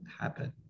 happen